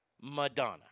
Madonna